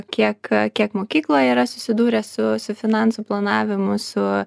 kiek kiek mokykloje yra susidūrę su su finansų planavimu su